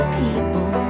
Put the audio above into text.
people